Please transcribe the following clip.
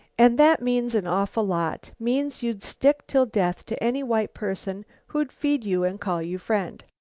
and that means an awful lot means you'd stick till death to any white person who'd feed you and call you friend.